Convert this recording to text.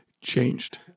changed